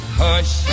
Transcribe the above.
hush